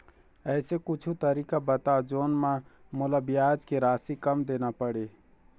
ऐसे कुछू तरीका बताव जोन म मोला ब्याज के राशि कम देना पड़े?